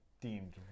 deemed